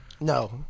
No